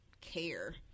care